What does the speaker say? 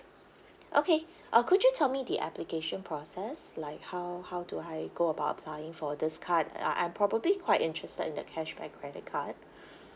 okay uh could you tell me the application process like how how do I go about applying for this card uh I probably quite interested in the cashback credit card